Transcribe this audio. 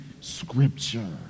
Scripture